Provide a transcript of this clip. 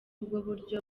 uburyo